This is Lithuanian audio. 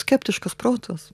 skeptiškas protas